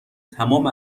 تمام